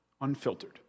unfiltered